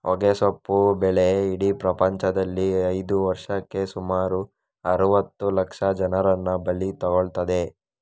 ಹೊಗೆಸೊಪ್ಪು ಬೆಳೆ ಇಡೀ ಪ್ರಪಂಚದಲ್ಲಿ ಇದ್ದು ವರ್ಷಕ್ಕೆ ಸುಮಾರು ಅರುವತ್ತು ಲಕ್ಷ ಜನರನ್ನ ಬಲಿ ತಗೊಳ್ತದೆ